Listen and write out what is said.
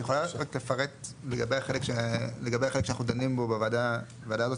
את יכולה רק לפרט לגבי החלק שאנחנו דנים בו בוועדה הזאת,